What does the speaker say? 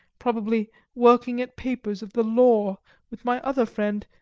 probably working at papers of the law with my other friend,